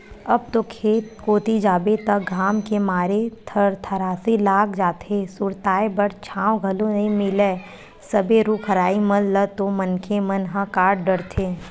अब तो खेत कोती जाबे त घाम के मारे थरथरासी लाग जाथे, सुरताय बर छांव घलो नइ मिलय सबे रुख राई मन ल तो मनखे मन ह काट डरथे